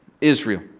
Israel